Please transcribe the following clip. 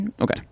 okay